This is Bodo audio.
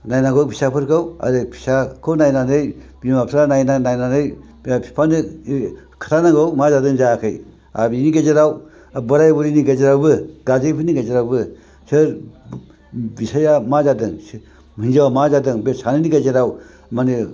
नायनांगौ फिसाफोरखौ आरो फिसाखौ नायनानै बिमा बिफाया नायनानै बिफानो खिन्थानांगौ मा जादों मा जायाखै आरो बेनि गेजेराव बोराइ बुरैनि गेजेरावबो गारजेनफोरनि गेजेरावबो सोर सोरहा मा जादों हिनजावा मा जादों सानैनि गेजेराव माने